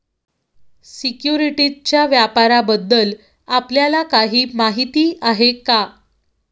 सिक्युरिटीजच्या व्यापाराबद्दल आपल्याला काही माहिती आहे का?